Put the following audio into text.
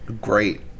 Great